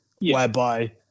whereby